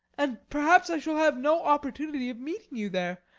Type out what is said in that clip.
and perhaps i shall have no opportunity of meeting you there.